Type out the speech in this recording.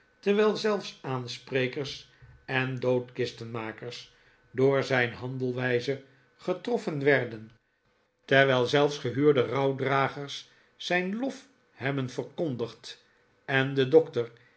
terwijl zelfs aansprekers en doodkistenmakers door zijn handelwijze getroffen werden terwijl zelfs ma art en chuzzlewit gehuurde rouwdragers zijn lof hebben verkondigd en de dokter